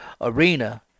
arena